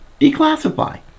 declassify